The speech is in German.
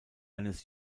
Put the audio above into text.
eines